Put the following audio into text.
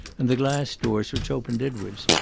and the glass doors which opened inwards,